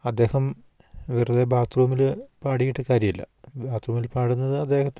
അദ്ദേഹം വെറുതെ ബാത്റൂമിൽ പാടിയിട്ട് കാര്യമില്ല ബാത്റൂമിൽ പാടുന്നത് അദ്ദേഹത്തിൻ്റെ